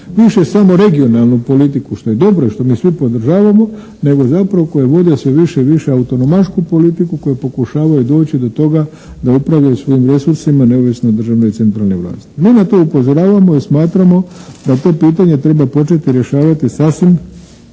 više samo regionalnu politiku, što je dobro i što mi svi podržavamo, nego zapravo koje vode sve više i više autonomašku politiku koju pokušavaju doći do toga da upravljaju svojim resursima neovisno o državnoj centralnoj vlasti. Mi na to upozoravamo i smatramo da to pitanje treba početi rješavati sasvim